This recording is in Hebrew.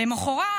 למוחרת,